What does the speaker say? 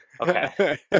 okay